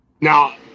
Now